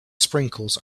sprinkles